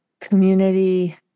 community